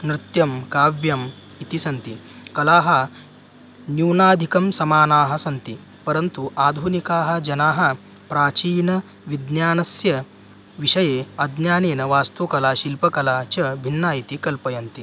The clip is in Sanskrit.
नृत्यं काव्यम् इति सन्ति कलाः न्यूनाधिकं समानाः सन्ति परन्तु आधुनिकाः जनाः प्राचीनविज्ञानस्य विषये अज्ञानेन वास्तुकला शिल्पकला च भिन्ना इति कल्पयन्ति